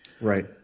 Right